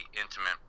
intimate